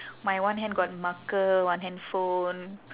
my one hand got marker one handphone